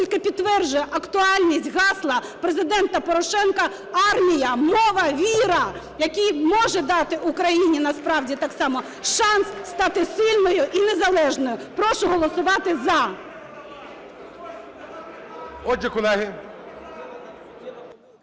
тільки підтверджує актуальність гасла Президента Порошенка: "Армія. Мова. Віра" – який може дати Україні насправді так само шанс стати сильною і незалежною. Прошу голосувати "за".